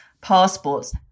passports